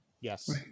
Yes